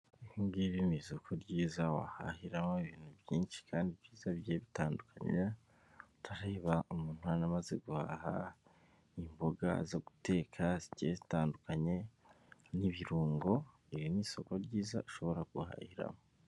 Iri ngiri ni isoko ryiza wahahiraho ibintu byinshi kandi byiza bijyiye bitandukanye, ndareba umuntu hano amaze guhaha imboga zo guteka zigiye zitandukanye n'ibirungo, iri ni isoko ryiza ushobora guhahiramo.